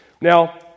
Now